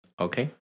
Okay